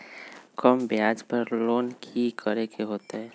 कम ब्याज पर लोन की करे के होतई?